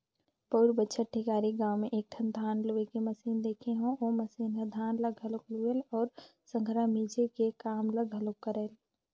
पउर बच्छर टेकारी गाँव में एकठन धान लूए के मसीन देखे हंव ओ मसीन ह धान ल घलोक लुवय अउ संघरा मिंजे के काम ल घलोक करय